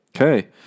Okay